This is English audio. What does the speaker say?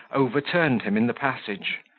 overturned him in the passage.